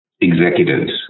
executives